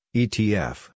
etf